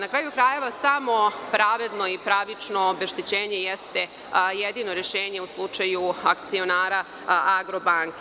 Na kraju krajeva, samo pravedno i pravično obeštećenje jeste jedino rešenje u slučaju akcionara „Agrobanke“